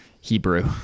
Hebrew